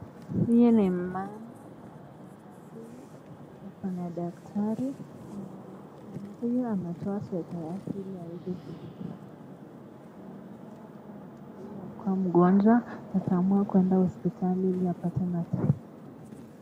Huyu ni mmama na mama huyu ako na daktari na mama huyu anatoa sweta yake ili aweze kudungwa mkono. Inaonekana kuwa mama huyu alikuwa mgonjwa akaamua kuenda hospitali ili apate matibabu.